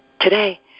Today